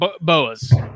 boas